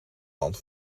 land